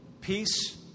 Peace